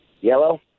Yellow